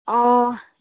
ꯑꯥ